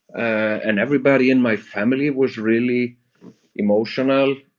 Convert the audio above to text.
and everybody in my family was really emotional.